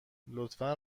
لطفا